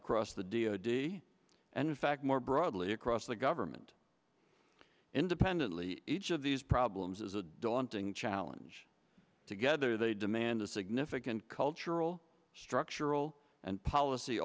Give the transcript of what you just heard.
across the dia d and in fact more broadly across the government independently each of these problems is a daunting challenge together they demand a significant cultural structural and policy